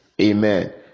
Amen